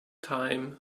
time